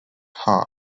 hahn